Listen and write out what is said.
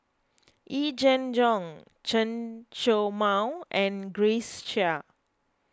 Yee Jenn Jong Chen Show Mao and Grace Chia